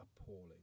appalling